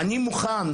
אני מוכן,